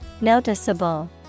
Noticeable